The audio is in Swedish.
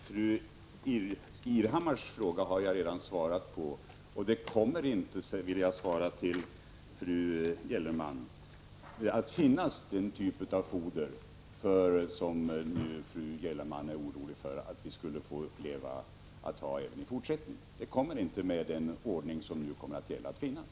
Fru talman! Fru Irhammars fråga har jag redan svarat på. Till fru Gellerman vill jag säga att det inte kommer att finnas den typ av foder som fru Gellerman är orolig för att vi skall ha även i fortsättningen. Med den ordning som nu kommer att gälla kommer alltså sådant foder inte att finnas.